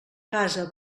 casa